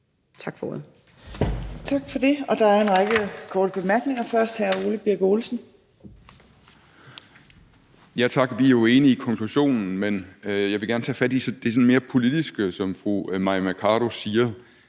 Tak for ordet.